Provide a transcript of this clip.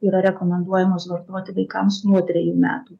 yra rekomenduojamos vartoti vaikams nuo trejų metų